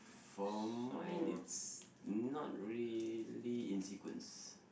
for mine it's not really in sequence